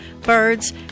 birds